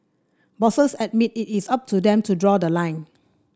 bosses admitted it is up to them to draw the line